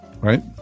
right